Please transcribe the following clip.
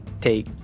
take